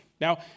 Now